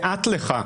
לאט לך.